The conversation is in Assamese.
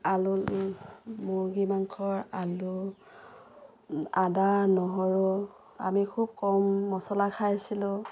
আলু মুৰ্গী মাংসৰ আলু আদা নহৰু আমি খুব কম মছলা খাইছিলোঁ